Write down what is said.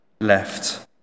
left